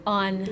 on